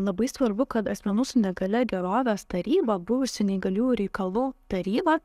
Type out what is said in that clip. labai svarbu kad asmenų su negalia gerovės taryba buvusi neįgaliųjų reikalų taryba